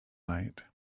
night